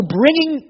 bringing